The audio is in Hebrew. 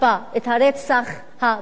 את הרצח הבא,